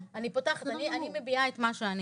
אני פותחת, אני מביאה את מה שאני.